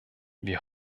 wir